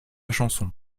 chanson